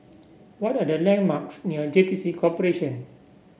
what are the landmarks near J T C Corporation